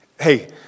Hey